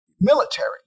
military